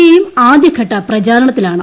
A യും ആദ്യഘട്ട പ്രചാരണത്തിലാണ്